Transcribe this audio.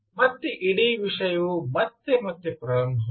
ಮತ್ತೆ ಇಡೀ ವಿಷಯವು ಮತ್ತೆ ಪ್ರಾರಂಭವಾಯಿತು